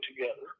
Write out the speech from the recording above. together